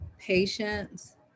patients